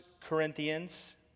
Corinthians